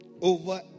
over